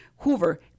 Hoover